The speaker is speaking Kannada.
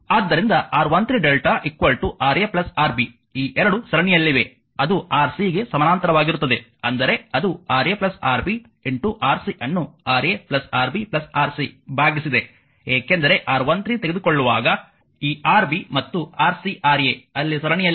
ಆದ್ದರಿಂದ R13 lrmΔ Ra Rb ಈ ಎರಡು ಸರಣಿಯಲ್ಲಿವೆ ಅದು Rc ಗೆ ಸಮಾನಾಂತರವಾಗಿರುತ್ತದೆ ಅಂದರೆ ಅದು Ra Rb Rc ಅನ್ನು Ra Rb Rc ಭಾಗಿಸಿದೆ ಏಕೆಂದರೆ R1 3 ತೆಗೆದುಕೊಳ್ಳುವಾಗ ಈ Rb ಮತ್ತು Rc Ra ಅಲ್ಲಿ ಸರಣಿಯಲ್ಲಿದೆ